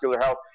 health